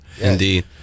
Indeed